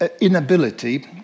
inability